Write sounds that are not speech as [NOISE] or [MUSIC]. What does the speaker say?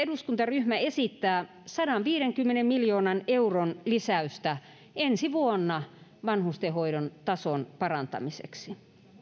[UNINTELLIGIBLE] eduskuntaryhmä esittää sadanviidenkymmenen miljoonan euron lisäystä ensi vuonna vanhustenhoidon tason parantamiseksi